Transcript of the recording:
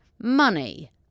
money